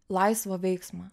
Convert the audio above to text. laisvą veiksmą